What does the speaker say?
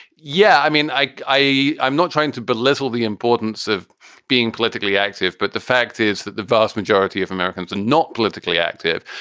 yeah. i mean, i, i'm not trying to belittle the importance of being politically active, but the fact is that the vast majority of americans are not politically active.